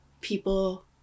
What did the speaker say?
people